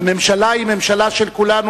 והממשלה היא ממשלה של כולנו,